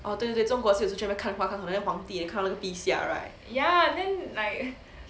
orh 对对对中国戏每次去那边看花看皇帝看陛下 right